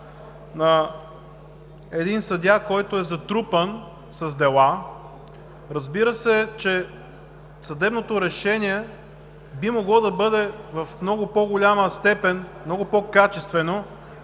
на даден съдия, който е затрупан с дела, разбира се, че съдебното решение би могло да бъде в много по-голяма степен много по-качествено,